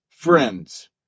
friends